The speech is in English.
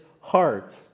heart